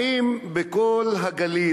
האם בכל הגליל,